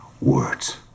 words